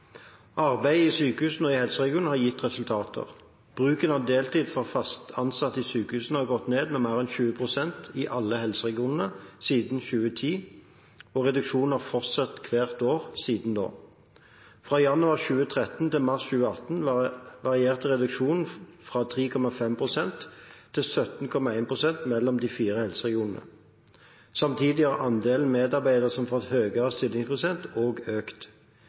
i sykehusene og i helseregionene har gitt resultater. Bruken av deltid for fast ansatte i sykehusene har gått ned med mer enn 20 pst. i alle helseregionene siden 2010, og reduksjonen har fortsatt hvert år siden da. Fra januar 2013 til mars 2018 varierte reduksjonen fra 3,5 pst. til 17,1 pst. mellom de fire helseregionene. Samtidig har andelen medarbeidere som har fått høyere stillingsprosent, også økt.